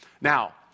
Now